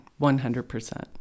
100%